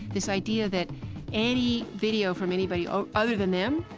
this idea that any video from anybody other than them,